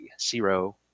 Zero